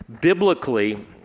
Biblically